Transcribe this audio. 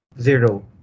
zero